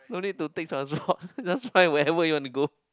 no need to take transport just fly where ever you want to go